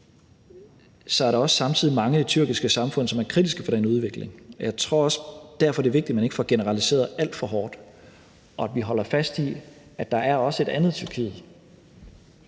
så er der samtidig også mange tyrkiske samfund, som er kritiske over for den udvikling, og derfor tror jeg også, at det er vigtigt, at man ikke får generaliseret alt for meget, og at vi holder fast i, at der også er et andet Tyrkiet.